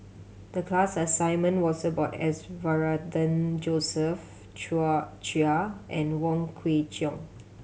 the class assignment was about S Varathan Chia and Wong Kwei Cheong